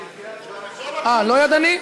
אה, לא ידני?